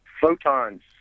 photons